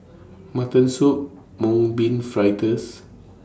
Mutton Soup Mung Bean Fritters